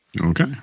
Okay